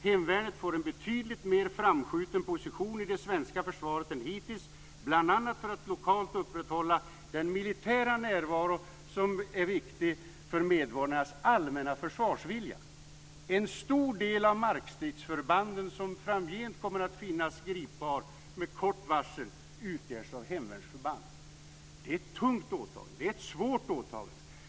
Hemvärnet får en betydligt mer framskjuten position i det svenska försvaret än hittills bl.a. för att lokalt upprätthålla den militära närvaron som är viktig för medborgarnas allmänna försvarsvilja. En stor del av markstridsförband som framgent kommer att finnas gripbara med kort varsel utgörs av hemvärnsförband." Detta är ett tungt åtagande, ett svårt åtagande.